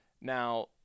Now